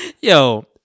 Yo